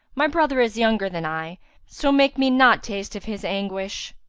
my brother is younger than i so make me not taste of his anguish.